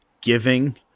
giving